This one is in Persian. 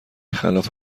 خلاف